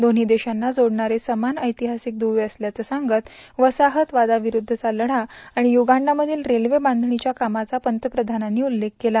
दोव्ही देशांना जोडणारे समान ऐतिहासिक दुवे असल्याचं सांगत वसाहत वादाविठुद्धचा लढा आणि युगांडामधील रेल्वे बांधणीच्या कामाचा पंतप्रधानांनी उल्लेख केला